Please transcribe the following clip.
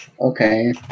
Okay